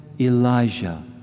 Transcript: Elijah